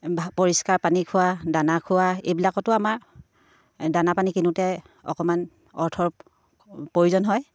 পৰিষ্কাৰ পানী খুওৱা দানা খুওৱা এইবিলাকতো আমাৰ দানা পানী কিনোতে অকণমান অৰ্থৰ প্ৰয়োজন হয়